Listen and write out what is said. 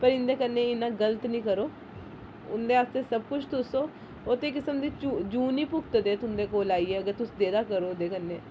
पर इं'दे कन्नै इन्ना गलत नी करो उं'दे आस्तै सब कुछ तुस ओ ओह् ते किसम दी जून नी भुगतदे तुं'दे कोल आइयै अगर तुस करो उं'दे कन्नै